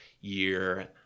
year